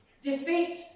defeat